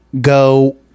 go